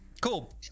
cool